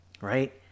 right